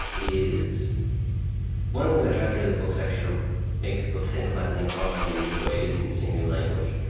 is one of the things i tried to do in the book is actually to make people think about inequality in new ways and using new language.